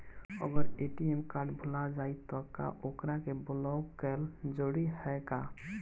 अगर ATM card भूला जाए त का ओकरा के बलौक कैल जरूरी है का?